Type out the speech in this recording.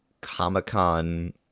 comic-con